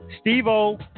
Steve-O